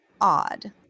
odd